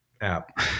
app